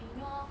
you know